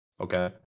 Okay